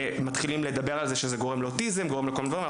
כשמתחילים לדבר על זה שזה גורם לאוטיזם ולכל מיני דברים.